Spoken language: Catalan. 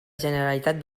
generalitat